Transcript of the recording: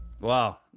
Wow